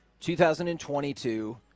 2022